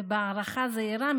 ובהערכה זהירה,